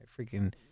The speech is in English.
freaking